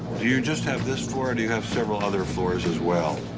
do you just have this floor, or do you have several other floors as well?